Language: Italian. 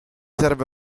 serve